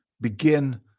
begin